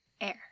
air